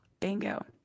Bingo